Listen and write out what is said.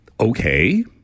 Okay